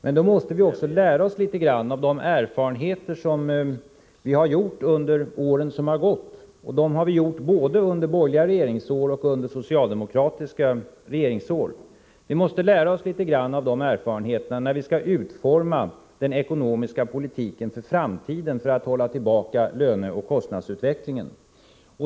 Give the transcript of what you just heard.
Men då måste vi också lära oss litet grand av de erfarenheter som vi har gjort under åren som har gått — dessa erfarenheter har vi gjort både under borgerliga regeringsår och under socialdemokratiska regeringsår. Vi måste lära oss litet grand av dessa erfarenheter när vi skall utforma den ekonomiska politiken för framtiden för att hålla tillbaka löneoch kostnadsutvecklingen.